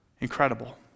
incredible